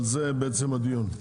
על זה בעצם הדיון.